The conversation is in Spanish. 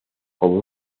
como